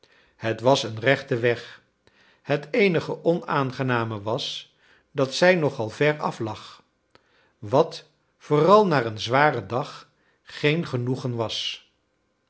het was een rechte weg het eenige onaangename was dat zij nog al ver af lag wat vooral na een zwaren dag geen genoegen was